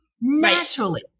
naturally